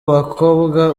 bakobwa